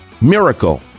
miracle